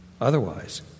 otherwise